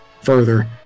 further